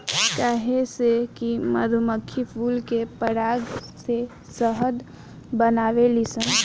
काहे से कि मधुमक्खी फूल के पराग से शहद बनावेली सन